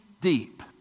deep